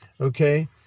okay